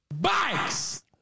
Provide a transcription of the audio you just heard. Bikes